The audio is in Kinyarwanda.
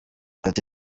ati